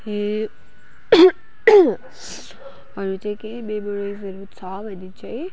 अनि अरू चाहिँ के मेमोरिजहरू छ भने चाहिँ